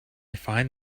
find